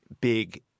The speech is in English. big